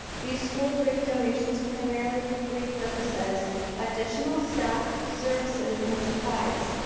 these schools raised donations primarily for three purposes additional staff, services and supplies.